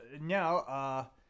now